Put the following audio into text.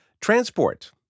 Transport –